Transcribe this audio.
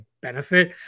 benefit